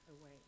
away